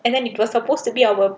and then it was supposed to be our